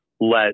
let